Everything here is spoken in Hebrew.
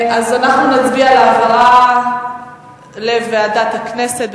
אז אנחנו נצביע על העברה לוועדת הכנסת.